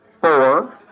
Four